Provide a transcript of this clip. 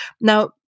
Now